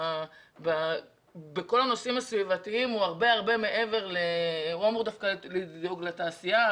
בכל הנושאים הסביבתיים הוא הרבה מעבר והוא לא אמור לדאוג לתעשייה